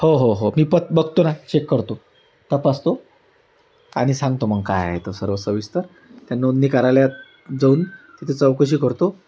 हो हो हो मी पत् बघतो ना चेक करतो तपासतो आणि सांगतो मग काय आहे तर सर्व सविस्तर त्या नोंदणी कार्यालयात जाऊन तिथे चौकशी करतो